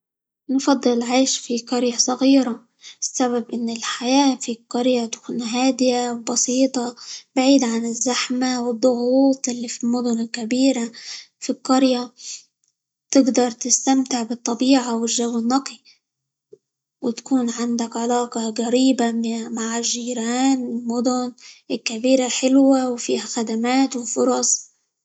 نفضل العيش في قرية صغيرة؛ السبب إن الحياة في القرية تكون هادئة، بسيطة، بعيدة عن الزحمة، والضغوط اللي في المدن الكبيرة، في القرية تقدر تستمتع بالطبيعة، والجو النقي، وتكون عندك علاقة قريبة -م- مع الجيران، المدن الكبيرة حلوة، وفيها خدمات، وفرص.